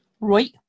Right